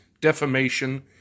defamation